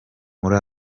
muri